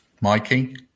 Mikey